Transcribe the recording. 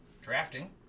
drafting